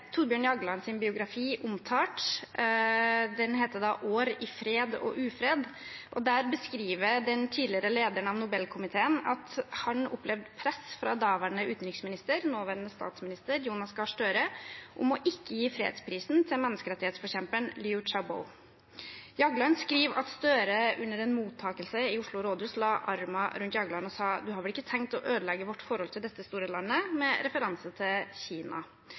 biografi omtalt. Den heter «År i fred og ufred». Der beskriver den tidligere lederen av Nobelkomiteen at han opplevde press fra daværende utenriksminister, nåværende statsminister, Jonas Gahr Støre, om ikke å gi fredsprisen til menneskerettighetsforkjemperen Liu Xiaobo. Jagland skriver at Gahr Støre under en mottakelse i Oslo rådhus la armen rundt Jagland og sa: Du har vel ikke tenkt å ødelegge vårt forhold til dette store landet – med referanse til Kina.